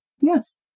Yes